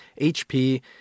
HP